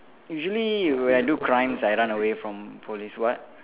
usually when I do crimes I run away from police what